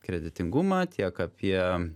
kreditingumą tiek apie